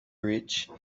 rich